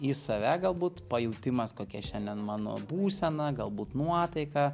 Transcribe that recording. į save galbūt pajautimas kokia šiandien mano būsena galbūt nuotaika